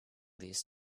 these